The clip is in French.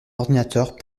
ordinateur